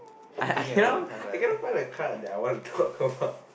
I I can not I can not find the card that I want to top up